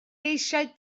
eisiau